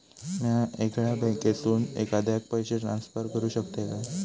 म्या येगल्या बँकेसून एखाद्याक पयशे ट्रान्सफर करू शकतय काय?